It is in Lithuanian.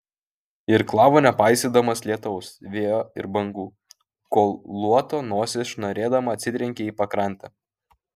irklavo nepaisydamas lietaus vėjo ir bangų kol luoto nosis šnarėdama atsitrenkė į pakrantę